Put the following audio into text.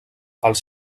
els